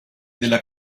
della